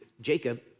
Jacob